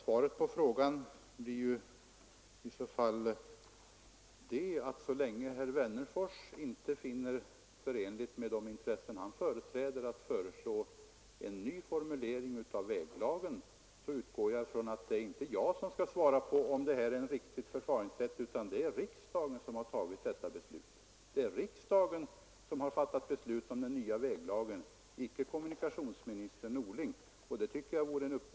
Herr talman! Så länge herr Wennerfors inte finner det förenligt med de intressen han företräder att föreslå en ny formulering av väglagen är det inte jag som skall svara på om förfaringssättet är riktigt. Det är riksdagen som har fattat beslut om den nya väglagen, inte kommunikationsminister Norling.